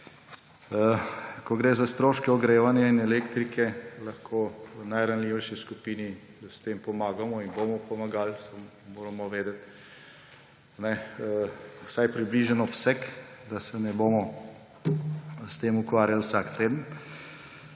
Ko gre za stroške ogrevanja in elektrike, lahko najranljivejši skupini s tem pomagamo in bomo pomagali; samo moramo vedeti vsaj približen obseg, da se ne bomo s tem ukvarjali vsak teden.